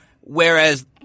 Whereas